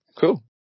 cool